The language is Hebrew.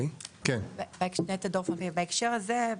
בהקשר הזה,